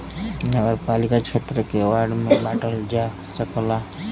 नगरपालिका क्षेत्र के वार्ड में बांटल जा सकला